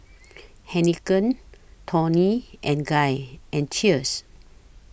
Heinekein Toni and Guy and Cheers